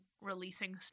releasing